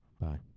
Bye